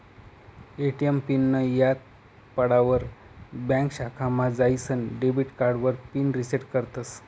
ATM पिननीं याद पडावर ब्यांक शाखामा जाईसन डेबिट कार्डावर पिन रिसेट करतस